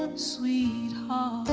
um sweetheart